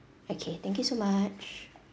okay thank you so much